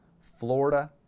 Florida